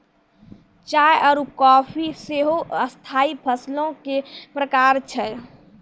चाय आरु काफी सेहो स्थाई फसलो के प्रकार छै